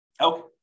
Okay